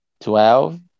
twelve